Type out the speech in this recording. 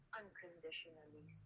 unconditionally